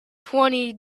twenty